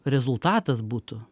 rezultatas būtų